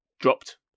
dropped